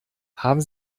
haben